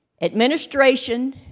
administration